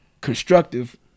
constructive